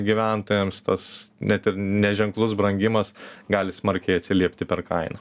gyventojams tas net ir neženklus brangimas gali smarkiai atsiliepti per kainą